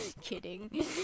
kidding